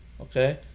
okay